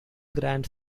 grand